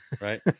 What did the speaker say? Right